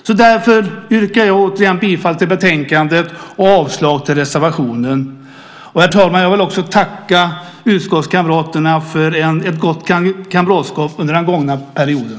Mot den bakgrunden yrkar jag återigen bifall till utskottets förslag i betänkandet och avslag på reservationen. Herr talman! Jag vill slutligen tacka utskottskamraterna för ett gott kamratskap under den gångna perioden.